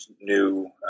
new